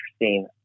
interesting